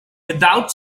without